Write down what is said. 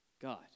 God